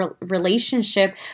relationship